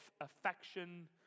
affection